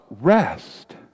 rest